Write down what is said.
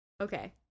Okay